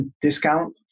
discount